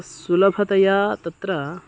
सुलभतया तत्र